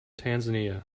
tanzania